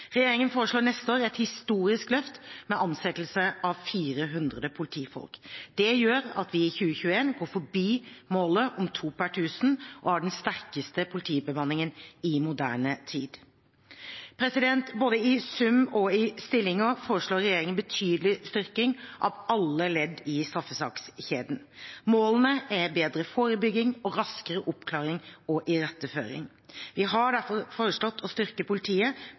Regjeringen foreslår neste år et historisk løft med ansettelse av 400 politifolk. Det gjør at vi i 2021 går forbi målet om to per tusen og har den sterkeste politibemanningen i moderne tid. Både i sum og i stillinger foreslår regjeringen en betydelig styrking av alle ledd i straffesakskjeden. Målene er bedre forebygging og raskere oppklaring og iretteføring. Vi har derfor foreslått å styrke politiet